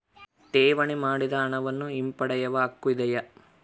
ಠೇವಣಿ ಮಾಡಿದ ಹಣವನ್ನು ಹಿಂಪಡೆಯವ ಹಕ್ಕು ಇದೆಯಾ?